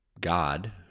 God